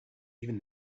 even